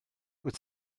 wyt